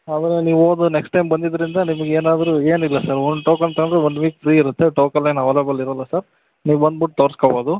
ಅವಾಗ ನೀವು ಹೋದ ನೆಕ್ಸ್ಟ್ ಟೈಮ್ ಬಂದಿದ್ದರಿಂದ ನಿಮ್ಗೆ ಏನಾದರೂ ಏನಿಲ್ಲ ಸರ್ ಒನ್ ಟೋಕನ್ ತಗೊಂಡರೆ ಒನ್ ವೀಕ್ ಫ್ರೀ ಇರುತ್ತೆ ಟೋಕಲ್ ಏನು ಅವೈಲೇಬಲ್ ಇರೋಲ್ಲ ಸರ್ ನೀವು ಬಂದ್ಬುಟ್ಟು ತೋರ್ಸ್ಕೊಬೋದು